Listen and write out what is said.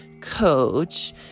coach